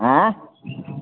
आँय